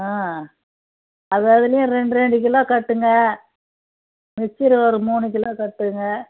ம் அது அதுலேயும் ரெண்டு ரெண்டு கிலோ கட்டுங்க மிச்சர் ஒரு மூணு கிலோ கட்டுங்க